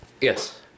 Yes